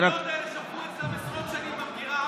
המיסים האלה שכבו אצלם עשרות שנים במגרה.